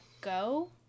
go